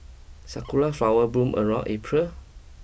sakura flower bloom around April